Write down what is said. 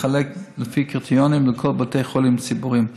לחלק לפי קריטריונים לכל בתי החולים הציבוריים.